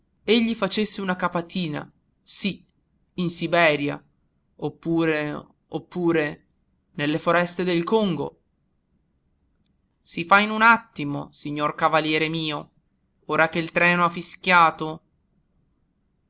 registrare egli facesse una capatina sì in siberia oppure oppure nelle foreste del congo si fa in un attimo signor cavaliere mio ora che il treno ha fischiato